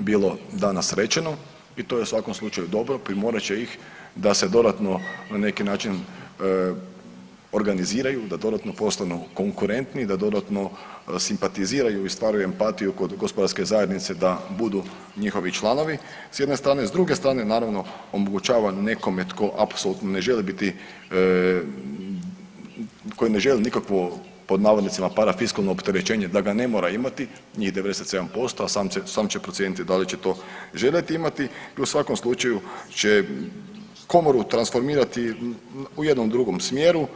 bilo danas rečeno i to je u svakom slučaju dobro, primorat će ih da se dodatno na neki način organiziraju, da dodatno postanu konkurentni, da dodatno simpatiziraju i stvaraju empatiju kod gospodarske zajednice da budu njihovi članovi s jedne strane, a s druge strane naravno omogućava nekome tko apsolutno ne želi biti koji ne želi nikakvo „parafiskalno opterećenje“ da ga ne mora imati njih 97%, a sam će procijeniti da li će to željeti imati i u svakom slučaju će komoru transformirati u jednom drugom smjeru.